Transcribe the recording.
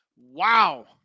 Wow